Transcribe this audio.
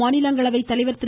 மாநிலங்களவை தலைவர் திரு